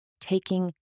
taking